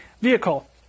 vehicle